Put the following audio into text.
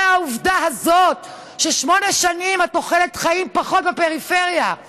העובדה הזאת שתוחלת החיים בפריפריה היא